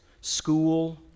school